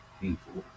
people